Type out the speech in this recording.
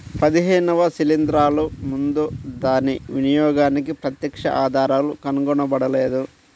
పదిహేనవ శిలీంద్రాలు ముందు దాని వినియోగానికి ప్రత్యక్ష ఆధారాలు కనుగొనబడలేదు